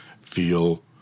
feel